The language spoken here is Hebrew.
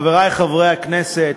חברי חברי הכנסת,